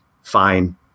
fine